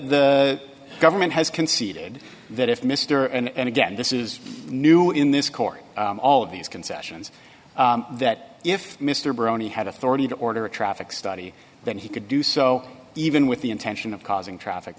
the government has conceded that if mr and again this is new in this court all of these concessions that if mr brony had authority to order a traffic study then he could do so even with the intention of causing traffic